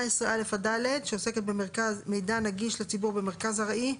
17(א) עד (ד) (מידע נגיש לציבור במרכז ארעי),